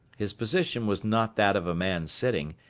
his position was not that of a man sitting,